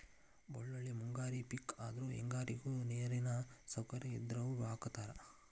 ಬಳ್ಳೋಳ್ಳಿ ಮುಂಗಾರಿ ಪಿಕ್ ಆದ್ರು ಹೆಂಗಾರಿಗು ನೇರಿನ ಸೌಕರ್ಯ ಇದ್ದಾವ್ರು ಹಾಕತಾರ